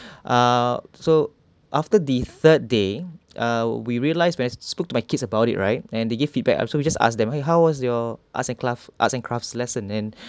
ah so after the third day uh we realised when I spoke to my kids about it right and they give feedback so we just ask them eh how was your arts and crafts arts and crafts lesson and